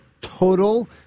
total